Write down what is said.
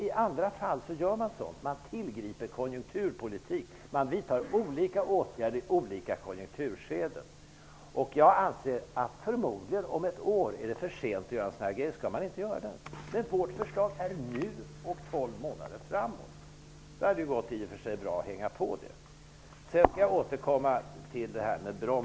I andra fall gör man sådant. Man tillgriper konjunkturpolitik och vidtar olika åtgärder i olika konjunkturskeden. Om ett år är det förmodligen för sent att göra en sådan här sak. Då skall man inte göra det. Vårt förslag gäller fr.o.m. nu och tolv månader framåt. Det hade gått bra att hänga på detta förslag.